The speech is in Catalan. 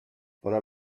fora